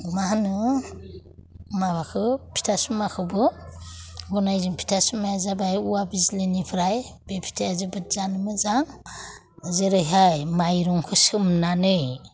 मा होनो माबाखौ फिथा सुमाखौबो बानायो जों फिथा सुमाया जाबाय औवा बिज्लानिफ्राय बे फिथाया जानो जोबोद मोजां जेरैहाय माइरंखौ सोमनानै